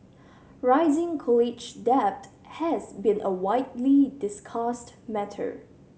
rising college debt has been a widely discussed matter